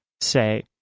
say